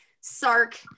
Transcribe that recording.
Sark